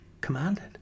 commanded